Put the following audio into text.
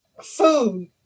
food